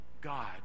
God